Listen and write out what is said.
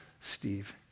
Steve